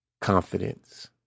confidence